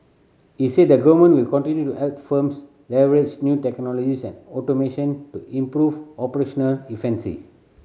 he said the government will continue to help firms leverage new technologies and automation to improve operational